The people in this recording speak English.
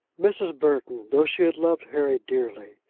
mrs. burton, though she had loved harry dearly,